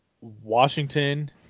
Washington